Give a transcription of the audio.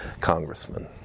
congressman